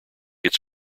it’s